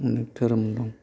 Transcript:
अनेक धोरोम दं